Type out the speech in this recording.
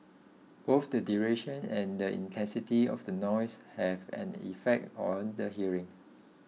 both the duration and the intensity of the noise have an effect on the hearing